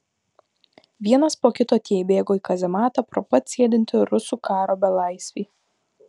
vienas po kito tie įbėgo į kazematą pro pat sėdintį rusų karo belaisvį